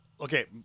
okay